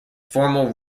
former